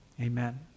amen